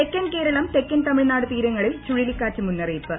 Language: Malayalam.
തെക്കൻ കേരളം തെക്കൻ തമിഴ്നാട് തീരങ്ങളിൽ ചുഴലിക്കാറ്റ് മുന്നറിയിപ്പ്